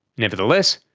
nevertheless,